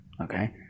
okay